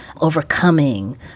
overcoming